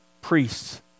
priests